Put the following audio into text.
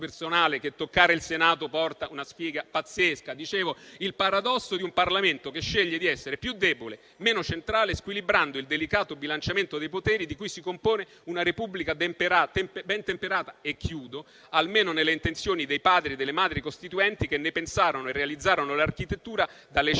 del paradosso di un Parlamento che sceglie di essere più debole e meno centrale, squilibrando il delicato bilanciamento dei poteri di cui si compone una Repubblica ben temperata - e chiudo - almeno nelle intenzioni dei Padri e delle Madri costituenti, che ne pensarono e realizzarono l'architettura, dalle ceneri